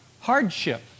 hardship